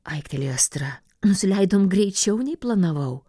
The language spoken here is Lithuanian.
aiktelėjo astra nusileidom greičiau nei planavau